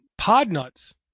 podnuts